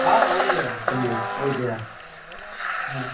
ஆ ஒகேய்யா தம்பி ஓகேய்யா ஆ